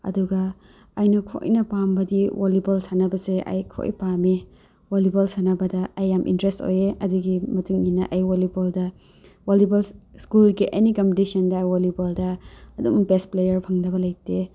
ꯑꯗꯨꯒ ꯑꯩꯅ ꯈ꯭ꯋꯥꯏꯅ ꯄꯥꯝꯕꯗꯤ ꯋꯣꯜꯂꯤꯕꯣꯜ ꯁꯥꯟꯅꯕꯁꯦ ꯑꯩ ꯈ꯭ꯋꯥꯏ ꯄꯥꯝꯃꯦ ꯋꯣꯂꯤꯕꯣꯜ ꯁꯥꯟꯅꯕꯗ ꯑꯩ ꯌꯥꯝ ꯏꯟꯇ꯭ꯔꯦꯁ ꯑꯣꯏꯌꯦ ꯑꯗꯨꯒꯤ ꯃꯇꯨꯡꯏꯟꯅ ꯑꯩ ꯋꯣꯂꯤꯕꯣꯜꯗ ꯋꯣꯂꯤꯕꯣꯜ ꯁ꯭ꯀꯨꯜꯒꯤ ꯑꯦꯅꯤ ꯀꯝꯄꯤꯇꯤꯁꯟꯗ ꯑꯩ ꯋꯣꯂꯤꯕꯣꯜꯗ ꯑꯗꯨꯝ ꯕꯦꯁ ꯄ꯭ꯂꯦꯌꯔ ꯐꯪꯗꯕ ꯂꯩꯇꯦ